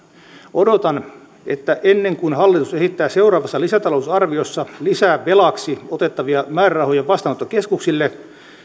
odotan että ennen kuin hallitus esittää seuraavassa lisätalousarviossa lisää velaksi otettavia määrärahoja vastaanottokeskuksille